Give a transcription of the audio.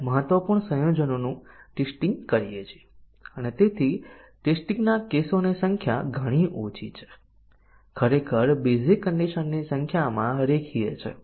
જો આપણી પાસે ત્રણ એટોમિક કન્ડિશન હોય તો આપણને 8 23 ની જરૂર પડે જે 8 ટેસ્ટીંગ કેસો સાચા સાચા સાચા સાચા સાચા ખોટા વગેરે છે